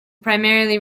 primarily